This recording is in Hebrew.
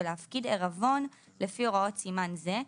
ולהפקיד עירבון לפי הוראות סימן זה,